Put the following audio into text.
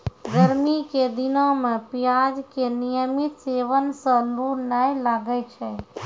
गर्मी के दिनों मॅ प्याज के नियमित सेवन सॅ लू नाय लागै छै